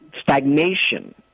stagnation